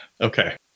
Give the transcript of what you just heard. Okay